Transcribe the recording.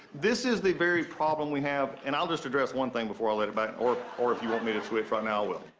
this is the very problem we have and i'll just address one thing before i let it back, or or if you want me to switch right now i will.